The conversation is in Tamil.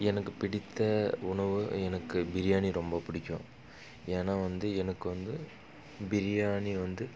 எனக்கு பிடித்த உணவு எனக்கு பிரியாணி ரொம்ப பிடிக்கும் ஏன்னால் வந்து எனக்கு வந்து பிரியாணி வந்து